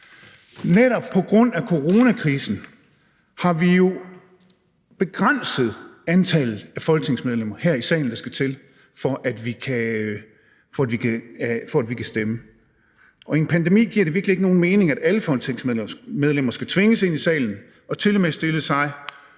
Netop på grund af coronakrisen har vi jo begrænset antallet af folketingsmedlemmer, der skal til her i salen, for at vi kan stemme. Og i en pandemi giver det virkelig ikke nogen mening, at folketingsmedlemmerne skal tvinges ind i salen og tilmed stille sig